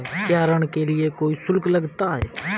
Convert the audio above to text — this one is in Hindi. क्या ऋण के लिए कोई शुल्क लगता है?